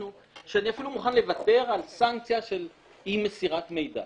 אפשר לנסות את הניסוי הזה,